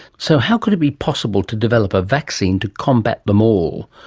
so how could it be possible to develop a vaccine to combat them all?